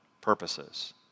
purposes